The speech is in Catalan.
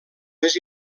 més